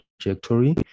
trajectory